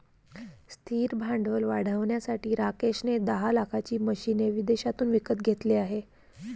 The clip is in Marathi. स्थिर भांडवल वाढवण्यासाठी राकेश ने दहा लाखाची मशीने विदेशातून विकत घेतले आहे